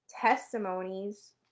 testimonies